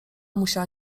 musiała